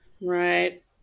Right